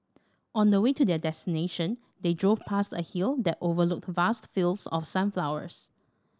on the way to their destination they drove past a hill that overlooked vast fields of sunflowers